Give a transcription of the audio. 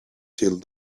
till